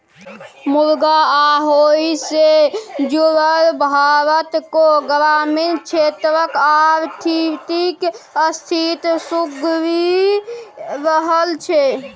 मुरगा आ ओहि सँ जुरल भारतक ग्रामीण क्षेत्रक आर्थिक स्थिति सुधरि रहल छै